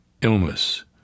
Illness